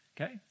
Okay